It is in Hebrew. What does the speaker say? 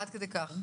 עד כדי כך?